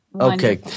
Okay